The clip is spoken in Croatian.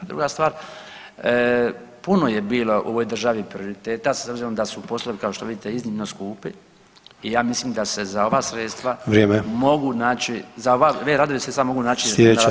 Druga stvar, puno je bilo u ovoj državi prioriteta s obzirom da su poslovi kao što vidite iznimno skupi i ja mislim da se za ova sredstva mogu naći, za ove radove se samo mogu naći na razini EU.